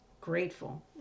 grateful